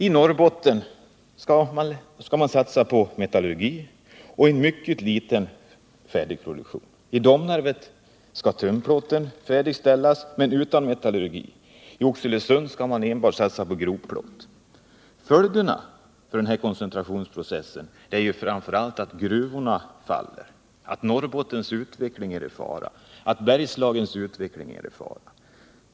I Norrbotten skall man satsa på metallurgi och en mycket liten färdig produktion. I Domnarvet skall tunnplåten färdigställas men utan metallurgi. I Oxelösund skall man enbart satsa på grovplåt. Följderna av den här koncentrationsprocessen blir framför allt den att gruvorna försvinner och att Norrbottens och Bergslagens utveckling råkar i farozonen.